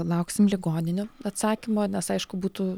lauksim ligoninių atsakymo nes aišku būtų